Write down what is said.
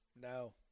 No